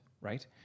right